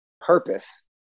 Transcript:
purpose